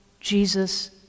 Jesus